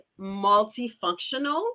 multifunctional